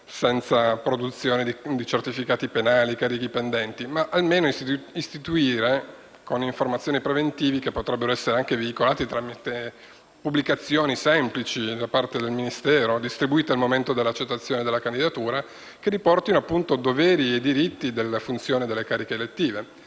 senza produzione di certificati penali per carichi pendenti, ma almeno prevedere informazioni preventive che potrebbero essere veicolate attraverso pubblicazioni semplici da parte del Ministero, distribuite al momento della accettazione della candidatura, che riportino doveri e diritti delle funzioni delle cariche elettive